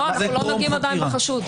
לא, אנחנו לא נוגעים עדיין בחשוד.